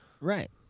Right